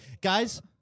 guys